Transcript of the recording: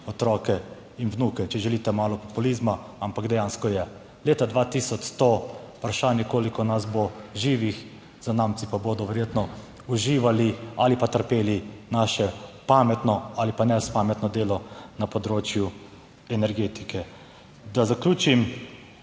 otroke in vnuke, če želite malo populizma, ampak dejansko je. Leta 2100 vprašanje koliko nas bo živih, zanamci pa bodo verjetno uživali ali pa trpeli naše pametno ali pa nespametno delo na področju energetike. Da zaključim,